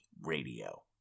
Radio